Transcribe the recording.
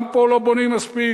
גם פה לא בונים מספיק,